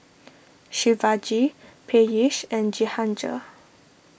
Shivaji Peyush and Jehangirr